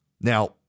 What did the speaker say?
Now